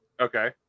Okay